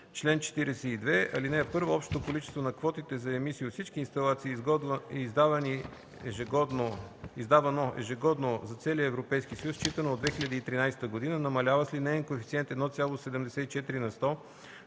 чл. 42: „Чл. 42. (1) Общото количество на квотите за емисии от всички инсталации, издавано ежегодно за целия Европейски съюз, считано от 2013 г., намалява с линеен коефициент 1,74 на сто